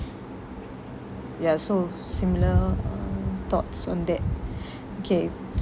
ya so similar uh thoughts on that okay